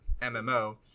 MMO